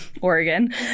Oregon